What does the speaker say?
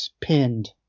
pinned